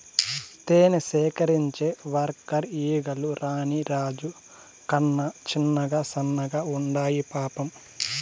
తేనె సేకరించే వర్కర్ ఈగలు రాణి రాజు కన్నా చిన్నగా సన్నగా ఉండాయి పాపం